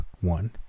one